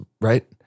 right